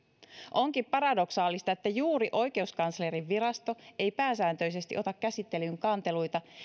onkin paradoksaalista että juuri oikeuskanslerinvirasto ei pääsääntöisesti ota käsittelyyn kanteluita